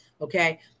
okay